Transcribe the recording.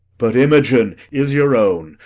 but imogen is your own.